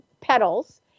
petals